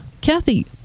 Kathy